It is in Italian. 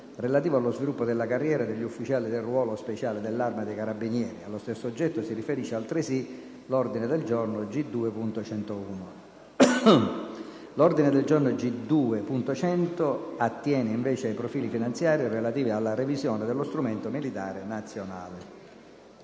relative allo sviluppo della carriera degli ufficiali del ruolo speciale dell'Arma dei carabinieri; allo stesso oggetto si riferisce altresì l'ordine del giorno G2.101. L'ordine del giorno G2.100 attiene invece ai profili finanziari relativi alla revisione dello strumento militare nazionale.